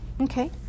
okay